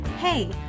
Hey